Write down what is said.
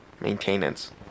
maintenance